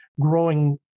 growing